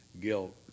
guilt